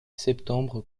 septembre